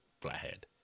flathead